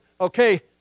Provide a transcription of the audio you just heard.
Okay